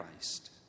Christ